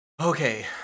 Okay